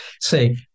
say